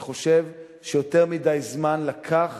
אני חושב שיותר מדי זמן לקח